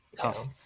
tough